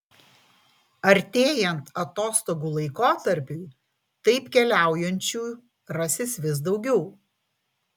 artėjant atostogų laikotarpiui taip keliaujančių rasis vis daugiau